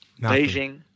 Beijing